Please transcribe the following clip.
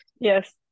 yes